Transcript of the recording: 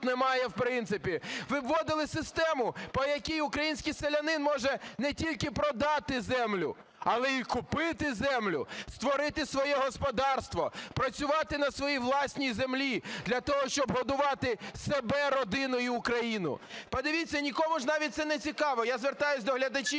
немає в принципі; ви б вводили систему, по якій український селянин може не тільки продати землю, але й купити землю, створити своє господарство, працювати на своїй власній землі для того, щоб годувати себе, родину і Україну. Подивіться, нікому ж навіть це нецікаво. Я звертаюсь до глядачів,